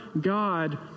God